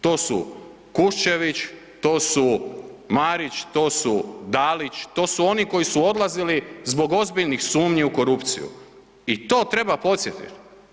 To su Kuščević, to su Marić, to su Dalić, to su oni koji su odlazili zbog ozbiljnih sumnji u korupciju i to treba podsjetiti.